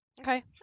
Okay